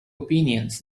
opinions